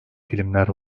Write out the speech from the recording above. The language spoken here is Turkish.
filmler